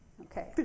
Okay